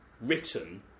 written